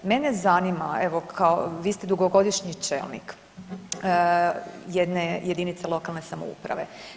Mene zanima evo kao, vi ste dugogodišnji čelnik jedne jedinice lokalne samouprave.